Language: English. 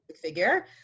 figure